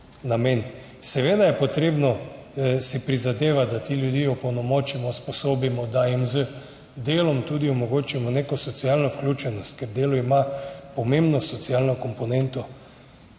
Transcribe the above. Seveda si je potrebno prizadevati, da te ljudi opolnomočimo, usposobimo, da jim z delom tudi omogočimo neko socialno vključenost, ker delo ima pomembno socialno komponento.